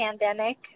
pandemic